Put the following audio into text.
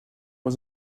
was